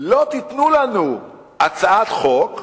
לא תיתנו לנו הצעת חוק,